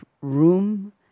room